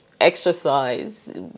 exercise